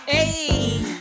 Hey